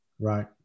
Right